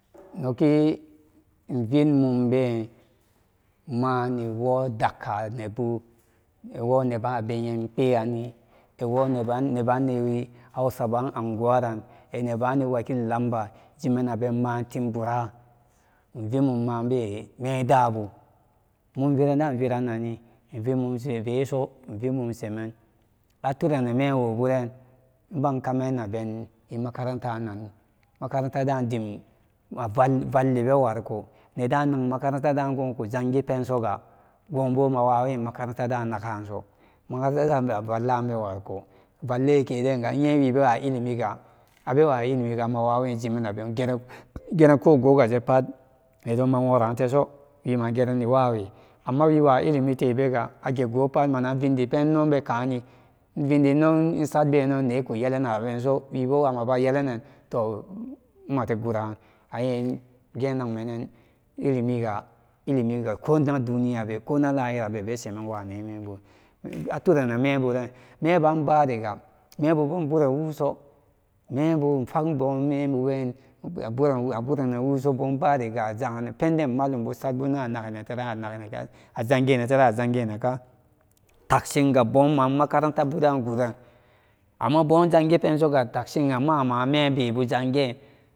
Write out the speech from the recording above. Noki ivd mumbe maniwo dakka nebu iwo neban yem kpe yanni wiwo nebanni hausa ban anguwaran ine bani wakili lambaran jimenaben matim bura ivimumbe mate mendabu mum viran da iviran nani ivimose veso invi mum semen aturenen mewoburen iban kamenaben imakarantaran makarantada dim valli bewar warko nedan gokunag makaranta goku jangi pensoga gobo wawawin makarantada nakaso makaranta da bewa vallabe warko vallin kedanga nye ibewa ilimidenga abewa ilimiga mawawin jimana ben geren geren kogoga pat nedan maworateso wima gerani wawe ammawiwa illimite bega agegopat mana vindipeno bekani ivindin non isat benenne kuye lenen abenso wibo ama ye lenen toh mate goran aye ge nagmenen ilimiga ilimiga ko inag duniyabe kona layirabe be semen wanemembu aturanen meburan meba bariga mebubo iburan wuso mebu ifagbo mebuben aburenen wuso bonba riga penden malombugat bunnen inagenen teran a jangenen ka tansinga bonma makaranta buda guren ammabo zangi pansoga mama membebu zangin